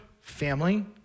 family